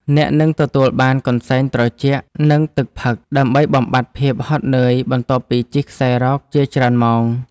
អ្នកនឹងទទួលបានកន្សែងត្រជាក់ និងទឹកផឹក ដើម្បីបំបាត់ភាពហត់នឿយបន្ទាប់ពីជិះខ្សែរ៉កជាច្រើនម៉ោង។